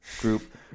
group